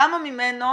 כמה ממנו